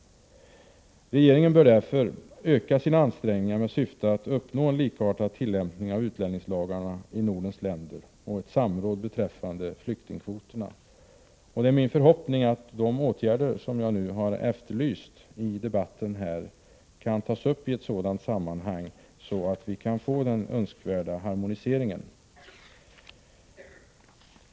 Regeringen bör därför öka sina ansträngningar med syfte att uppnå en likartad tillämpning av utlänningslagarna i Nordens länder och ett samråd beträffande flyktingkvoterna. Det är min förhoppning att de åtgärder jag nu har efterlyst i debatten kan tas upp i ett sådant sammanhang, så att vi kan få den önskvärda harmoniseringen.